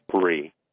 three